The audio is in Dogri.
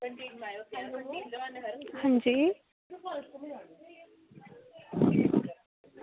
अंजी